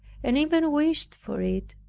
and even wished for it,